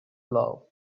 love